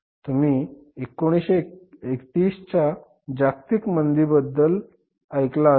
तुम्ही 1930च्या जागतिक मंदिबाबत ऐकला असेल